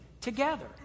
together